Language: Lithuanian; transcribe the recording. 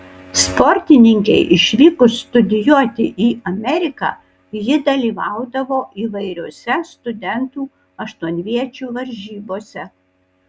sportininkei išvykus studijuoti į ameriką ji dalyvaudavo įvairiose studentų aštuonviečių varžybose